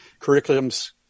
curriculums